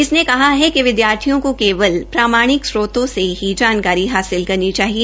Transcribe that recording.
इसने कहा है विद्यार्थियों को केवल प्रामाणिक स्त्रोतो से ही जानकारी हासिल करनी चाहिए